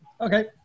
Okay